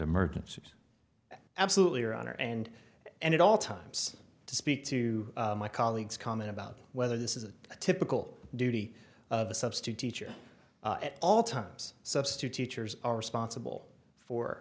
emergencies absolutely or honor and and at all times to speak to my colleagues comment about whether this is a typical duty of a substitute teacher at all times substitute teachers are responsible for